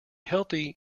healthy